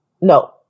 no